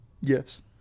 Yes